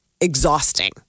exhausting